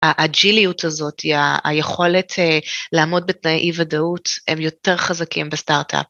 הג'יליות הזאת, היכולת לעמוד בתנאי אי ודאות, הם יותר חזקים בסטארט-אפ.